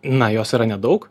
na jos yra nedaug